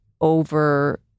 over